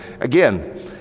again